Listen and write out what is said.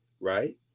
Right